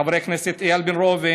חבר הכנסת איל בן ראובן,